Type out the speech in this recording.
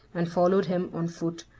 and followed him on foot,